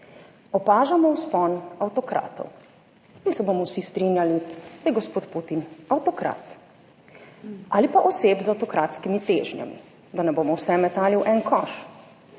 opažamo vzpon avtokratov in se bomo vsi strinjali, da je gospod Putin avtokrat ali pa oseb z avtokratskimi težnjami, da ne bomo vse metali v en koš